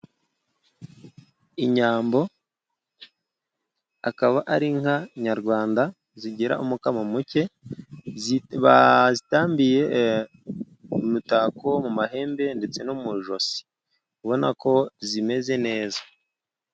Inyambo akaba ar'inka nyarwanda zigira umukamo muke, bazitambiye imitako mu mahembe ndetse no mu ijosi ubona ko zimeze neza.